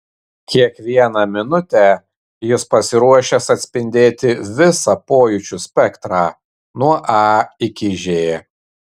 kiekvieną minutę jis pasiruošęs atspindėti visą pojūčių spektrą nuo a iki ž